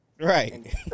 Right